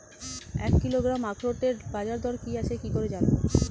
এক কিলোগ্রাম আখরোটের বাজারদর কি আছে কি করে জানবো?